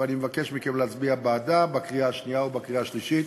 ואני מבקש מכם להצביע בעדה בקריאה השנייה ובקריאה השלישית.